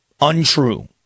untrue